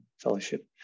fellowship